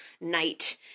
night